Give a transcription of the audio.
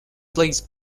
plays